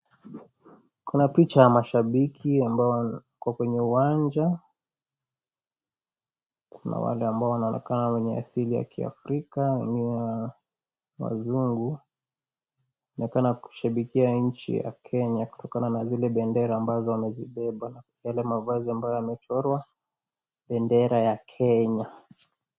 Kuna picha ya mashabiki ambao wako kwenye uwanja, kuna wale ambao wanaonekana wenye asili ya Kiafrika wengine wazungu wanaonekana kushabikia nchi ya Kenya kutokana na zile bendera ambazo wazibeba yale mavazi ambayo yamechorwa dendera ya Kenya